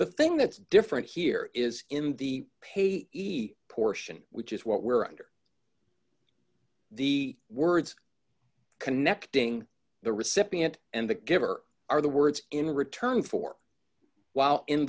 the thing that's different here is in the pay portion which is what we're under the words connecting the recipient and the giver are the words in return for while in